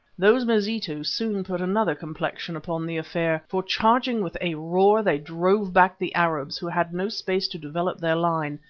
those mazitu soon put another complexion upon the affair, for charging with a roar, they drove back the arabs, who had no space to develop their line,